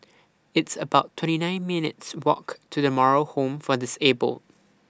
It's about twenty nine minutes' Walk to The Moral Home For Disabled